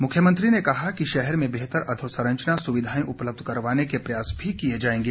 मुख्यमंत्री ने कहा कि शहर में बेहतर अधोसंरचना सुविधाएं उपलब्ध करवाने के प्रयास भी किए जाएंगे